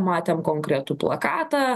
matėm konkretų plakatą